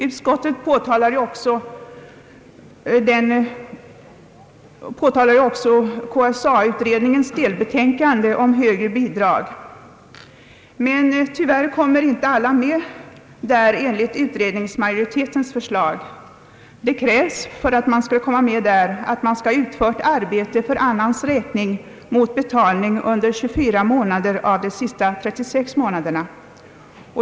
Utskottet påtalar också KSA utredningens delbetänkande om högre bidrag, men tyvärr kommer inte alla med där enligt utredningsmajoritetens förslag. Det krävs för att komma med att man skall ha utfört arbete för annans räkning mot betalning under 24 av de senaste 36 månaderna.